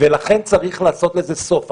לכן, צריך לעשות לזה סוף.